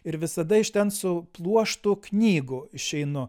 ir visada iš ten su pluoštu knygų išeinu